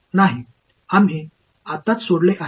नाही आम्ही आत्ताच सोडले आहे